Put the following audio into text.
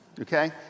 Okay